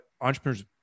entrepreneurs